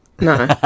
No